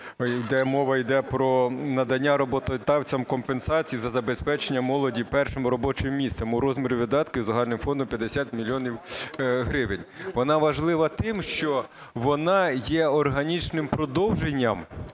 Мова йде про надання роботодавцям компенсації за забезпечення молоді першим робочим місцем у розмірі видатків за загальним фондом 50 мільйонів гривень. Вона важлива тим, що вона є органічним продовженням